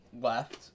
left